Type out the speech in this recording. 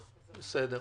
בסדר.